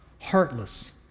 heartless